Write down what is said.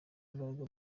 imbaraga